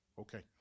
Okay